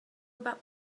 about